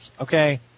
okay